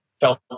felt